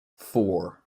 four